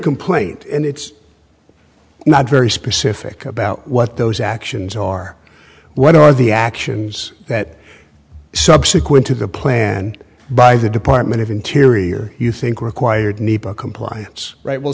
complaint and it's not very specific about what those actions are what are the actions that subsequent to the plan by the department of interior you think required nepa compliance right will